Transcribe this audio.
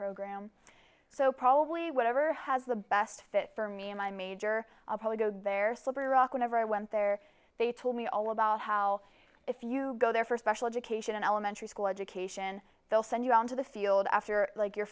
program so probably whatever has the best fit for me in my major i'll probably go there slippery rock whenever i went there they told me all about how if you go there for special education in elementary school education they'll send you out into the field after like your